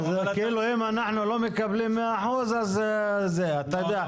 כאילו אם אנחנו לא מקבלים 100% אז אתה יודע,